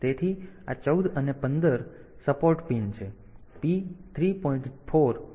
તેથી આ 14 અને 15 સપોર્ટ પિન છે P 3